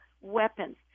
weapons